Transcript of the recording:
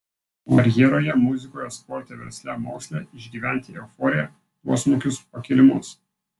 karjeroje muzikoje sporte versle moksle išgyveni euforiją nuosmukius pakilimus